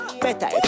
Better